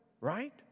Right